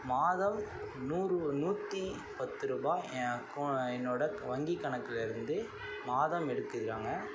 மாதம் நூறு நூற்றி பத்து ரூபாய் என் அக்கோ என்னோட வங்கி கணக்கில் இருந்து மாதம் எடுத்துக்கிறாங்க